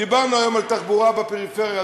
דיברנו היום על תחבורה בפריפריה,